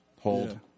Hold